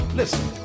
listen